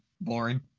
Boring